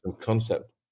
concept